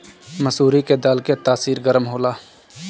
मसूरी के दाल के तासीर गरम होला